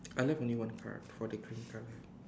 I left only one card for the green card